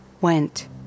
went